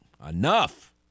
Enough